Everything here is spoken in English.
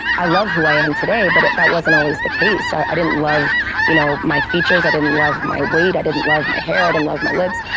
i love who i am today, but that wasn't always the case. i i didn't love you know my features. i didn't love my weight. i didn't my hair. i didn't love my lips.